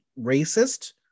racist